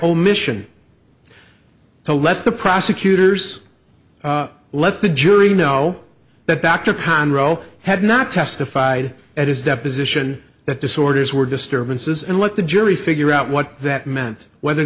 omission to let the prosecutors let the jury know that dr conrad had not testified at his deposition that disorders were disturbances and let the jury figure out what that meant whether